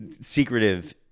secretive